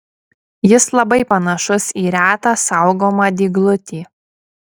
jis labai panašus į retą saugomą dyglutį